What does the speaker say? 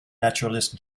naturalist